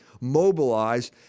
mobilize